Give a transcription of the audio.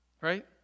right